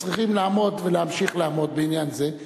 צריכים לעמוד ולהמשיך לעמוד על העניין הזה.